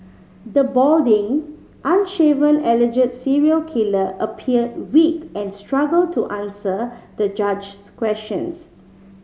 the balding unshaven alleged serial killer appeared weak and struggled to answer the judge's questions